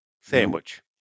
sandwich